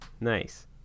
Nice